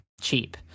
cheap